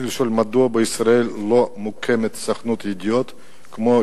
ואנחנו פועלים להרחבת המעגל של המדינות האלה על מנת שילדים